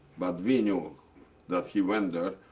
but we knew that he went there,